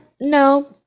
No